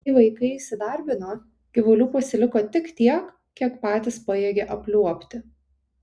kai vaikai įsidarbino gyvulių pasiliko tik tiek kiek patys pajėgia apliuobti